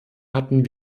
hatten